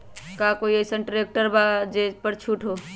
का कोइ अईसन ट्रैक्टर बा जे पर छूट हो?